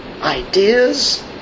ideas